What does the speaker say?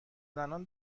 زنان